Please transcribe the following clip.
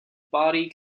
body